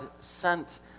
sent